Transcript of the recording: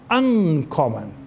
uncommon